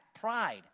pride